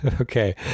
Okay